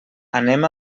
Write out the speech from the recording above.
anem